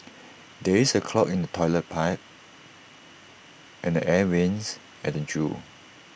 there is A clog in the Toilet Pipe and the air Vents at the Zoo